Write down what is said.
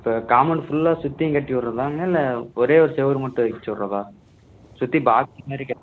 இப்போ காம்பவுண்ட் ஃபுல்லா சுற்றியும் கட்டி விட்றதாங்க இல்லை ஒரே ஒரு செவரு மட்டும் வச்சுடறதா சுற்றி பாக்ஸ் மாதிரி கட்டி